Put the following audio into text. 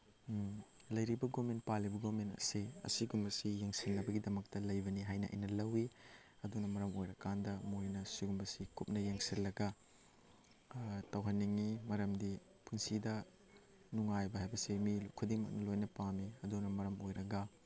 ꯂꯩꯔꯤꯕ ꯒꯣꯔꯃꯦꯟ ꯄꯥꯜꯂꯤꯕ ꯒꯣꯔꯃꯦꯟ ꯑꯁꯤ ꯑꯁꯤꯒꯨꯝꯕꯁꯤ ꯌꯦꯡꯁꯤꯜꯅꯕꯒꯤꯗꯃꯛꯇ ꯂꯩꯕꯅꯤ ꯍꯥꯏꯅ ꯑꯩꯅ ꯂꯧꯋꯤ ꯑꯗꯨꯅ ꯃꯔꯝ ꯑꯣꯏꯔꯀꯥꯟꯗ ꯃꯣꯏꯅ ꯁꯤꯒꯨꯝꯕꯁꯤ ꯀꯨꯞꯅ ꯌꯦꯡꯁꯤꯜꯂꯒ ꯇꯧꯍꯟꯅꯤꯡꯉꯤ ꯃꯔꯝꯗꯤ ꯄꯨꯟꯁꯤꯗ ꯅꯨꯡꯉꯥꯏꯕ ꯍꯥꯏꯕꯁꯤ ꯃꯤ ꯈꯨꯗꯤꯡꯃꯛꯅ ꯂꯣꯏꯅ ꯄꯥꯝꯃꯤ ꯑꯗꯨꯅ ꯃꯔꯝ ꯑꯣꯏꯔꯒ